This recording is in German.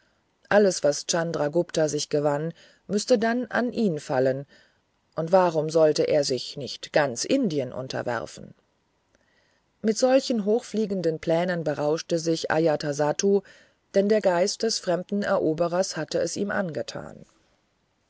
alles was chandragupta sich gewann müßte dann an ihn fallen und warum sollte er sich nicht ganz indien unterwerfen mit solchen hochfliegenden plänen berauschte sich ajatasattu denn der geist des fremden eroberers hatte es ihm angetan